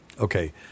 Okay